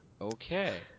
okay